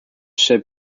ship